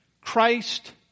Christ